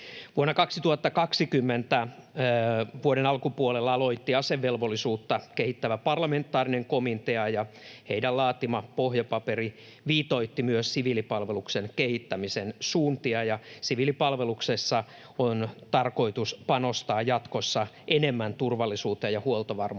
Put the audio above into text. Vuoden 2020 alkupuolella aloitti asevelvollisuutta kehittävä parlamentaarinen komitea, ja heidän laatimansa pohjapaperi viitoitti myös siviilipalveluksen kehittämisen suuntia, ja siviilipalveluksessa on tarkoitus panostaa jatkossa enemmän turvallisuuteen ja huoltovarmuuteen.